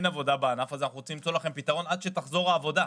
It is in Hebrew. שאין עבודה בענף והם מחפשים פתרון עד שתחזור העבודה.